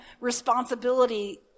responsibility